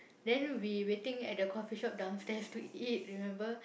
then we waiting at the coffee-shop downstairs to eat remember